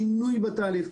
שינוי בתהליך.